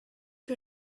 que